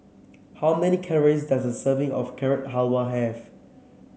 how many calories does a serving of Carrot Halwa have